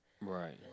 right